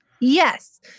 Yes